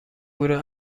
گروه